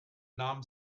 nahm